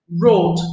Road